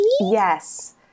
yes